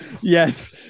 Yes